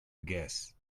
guess